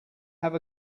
have